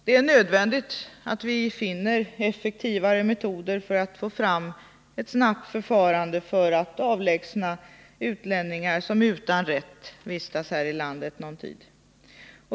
Det är därför nödvändigt att vi finner effektivare metoder för att få fram ett snabbt förfarande för att avlägsna utlänningar som utan rätt vistas här i landet någon tid.